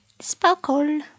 Sparkle